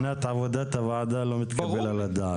מבחינת עבודת הוועדה לא מתקבל על הדעת.